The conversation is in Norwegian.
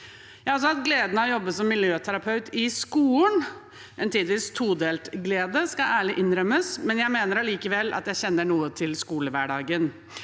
Jeg har også hatt gleden av å jobbe som miljøterapeut i skolen. Det var en tidvis todelt glede, det skal ærlig innrømmes, men jeg mener likevel at jeg kjenner noe til skolehverdagen.